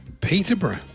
Peterborough